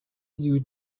you